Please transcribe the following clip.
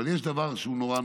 אבל יש דבר שהוא נורא,